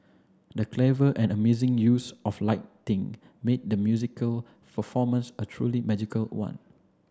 the clever and amazing use of lighting made the musical performance a truly magical one